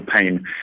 pain